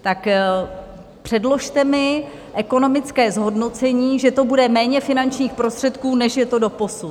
Tak mi předložte ekonomické zhodnocení, že to bude méně finančních prostředků, než je to doposud.